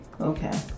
Okay